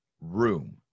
room